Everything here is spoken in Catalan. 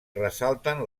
ressalten